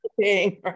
Right